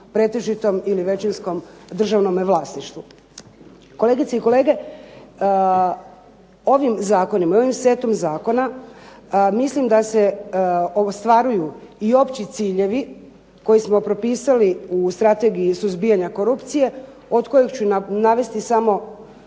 ili većinskom državnom vlasništvu. Kolegice i kolege, ovim zakonima, ovim setom zakona mislim da se ostvaruju i opći ciljevi koje smo propisali u strategiji suzbijanja korupcije od kojih ću navesti samo